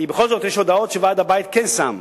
כי בכל זאת יש הודעות שוועד הבית כן שם,